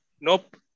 nope